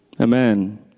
Amen